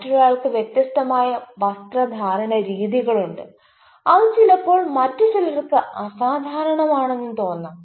മറ്റൊരാൾക്ക് വ്യത്യസ്തമായ വസ്ത്രധാരണരീതികളുണ്ട് അത് ചിലപ്പോൾ മറ്റു ചിലർക്ക് അസാധാരണമാണെന്ന് തോന്നാം